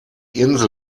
insel